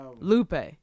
lupe